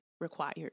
required